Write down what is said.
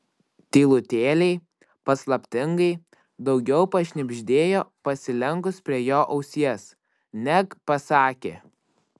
tylutėliai paslaptingai daugiau pašnibždėjo pasilenkus prie jo ausies neg pasakė